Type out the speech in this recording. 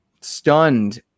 stunned